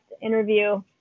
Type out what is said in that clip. interview